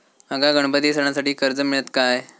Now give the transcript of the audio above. माका गणपती सणासाठी कर्ज मिळत काय?